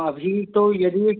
अभी तो यदि एक